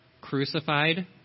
crucified